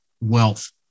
wealth